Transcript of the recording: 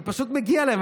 כי פשוט מגיע להם.